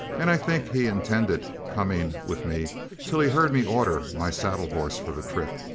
and i think he intended coming with me till he heard me order my saddle-horse for the trip.